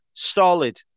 Solid